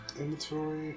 Inventory